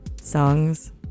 songs